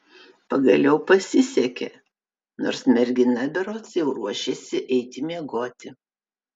pagaliau pasisekė nors mergina berods jau ruošėsi eiti miegoti